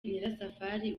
nyirasafari